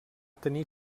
tenir